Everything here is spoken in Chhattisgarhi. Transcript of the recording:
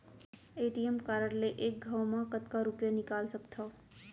ए.टी.एम कारड ले एक घव म कतका रुपिया निकाल सकथव?